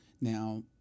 Now